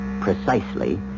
precisely